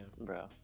Bro